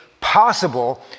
possible